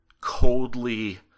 coldly